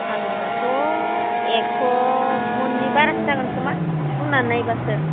फानोबाथ' एकस' मननि बारासो जागोनखोमा सुनानै नायबासो